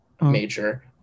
major